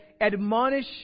admonish